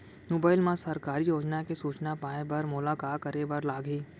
mobile मा सरकारी योजना के सूचना पाए बर मोला का करे बर लागही